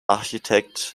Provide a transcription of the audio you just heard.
architect